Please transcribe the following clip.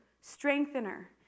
strengthener